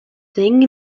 thing